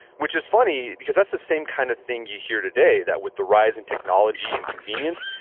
which is funny because that's the same kind of thing you hear today. that with the rise in technology and convenience,